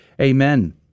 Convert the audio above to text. amen